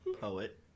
Poet